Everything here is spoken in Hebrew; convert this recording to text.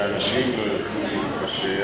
שאנשים לא ירצו להתפשר,